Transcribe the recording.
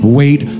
wait